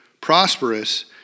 prosperous